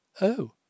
Oh